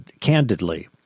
candidly